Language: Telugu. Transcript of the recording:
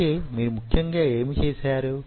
అంటే మీరు ముఖ్యంగా యేమి చేశారు